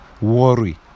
Worry